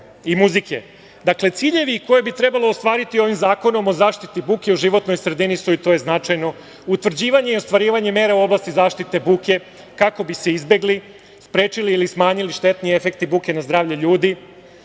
i muzike. Dakle, ciljevi koje bi trebalo ostvariti ovim Zakonom o zaštiti buke u životnoj sredini su, i to je značajno, utvrđivanje i ostvarivanje mera u oblasti zaštite buke kako bi se izbegli, sprečili ili smanjili štetni efekti buke na zdravlje ljudi